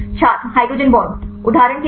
छात्रहाइड्रोजन bond उदाहरण के लिए